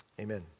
amen